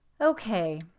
Okay